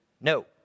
no